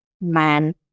man